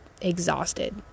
exhausted